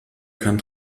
kann